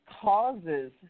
causes